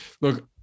Look